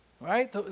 right